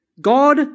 God